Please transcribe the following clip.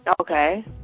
Okay